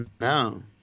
No